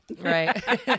Right